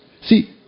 See